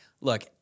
Look